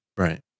Right